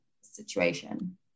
situation